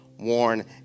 warn